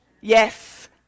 yes